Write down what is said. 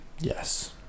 Yes